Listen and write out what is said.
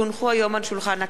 כי הונחו היום על שולחן הכנסת,